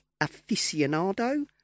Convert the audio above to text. aficionado